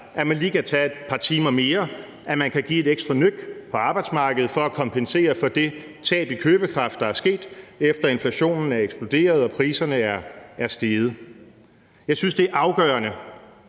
at man lige kan tage et par timer mere, at man kan give et ekstra nøk på arbejdsmarkedet for at kompensere for det tab af købekraft, der er sket, efter at inflationen er eksploderet og priserne er steget. Jeg synes, det er afgørende,